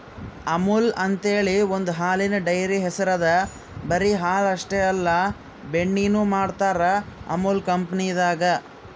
ಅಮುಲ್ ಅಂಥೇಳಿ ಒಂದ್ ಹಾಲಿನ್ ಡೈರಿ ಹೆಸ್ರ್ ಅದಾ ಬರಿ ಹಾಲ್ ಅಷ್ಟೇ ಅಲ್ಲ ಬೆಣ್ಣಿನು ಮಾಡ್ತರ್ ಅಮುಲ್ ಕಂಪನಿದಾಗ್